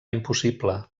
impossible